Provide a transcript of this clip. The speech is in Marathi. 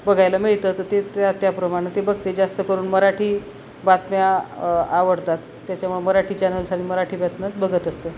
बघायला मिळतं तर ते त्या त्याप्रमाणे ते बघते जास्त करून मराठी बातम्या आवडतात त्याच्यामुळं मराठी चॅनल्स आणि मराठी बातम्याच बघत असते